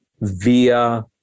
via